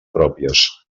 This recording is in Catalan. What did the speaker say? pròpies